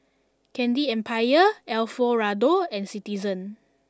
Candy Empire Alfio Raldo and Citizen